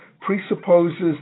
presupposes